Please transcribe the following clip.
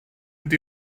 mynd